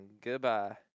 goodbye